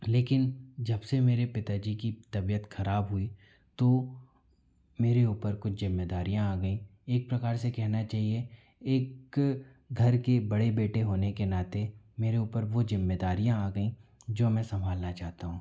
लेकिन जब से मेरे पिता जी की तबीयत खराब हुई तो मेरे ऊपर कुछ जिम्मेदारियाँ आ गयी एक प्रकार से कहना चाहिए एक घर के बड़े बेटे होने के नाते मेरे ऊपर बहुत जिम्मेदारियाँ आ गयी जो मैं संभालना चाहता हूँ